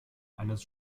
eines